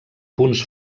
punts